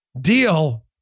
deal